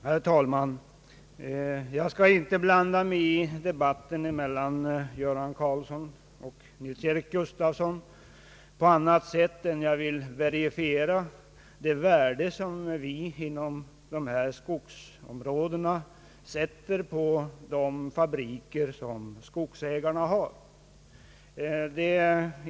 Herr talman! Jag skall inte blanda mig i debatten mellan herr Göran Karlsson och herr Nils-Eric Gustafsson på annat sätt än genom att verifiera det värde som vi inom skogsområdena sätter på de fabriker som skogsägarna driver.